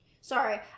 Sorry